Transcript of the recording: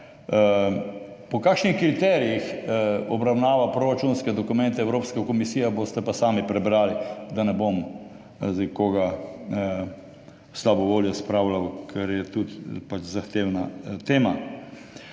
Po kakšnih kriterijih obravnava proračunske dokumente Evropska komisija, boste pa sami prebrali, da ne bom zdaj koga v slabo voljo spravljal, ker je pač tudi zahtevna tema.